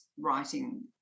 writing